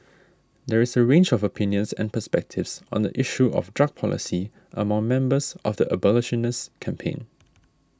there is a range of opinions and perspectives on the issue of drug policy among members of the abolitionist campaign